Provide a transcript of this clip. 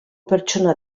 pertsona